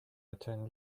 attend